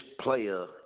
player